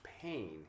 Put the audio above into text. pain